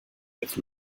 with